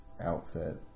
outfit